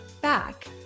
back